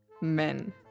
Men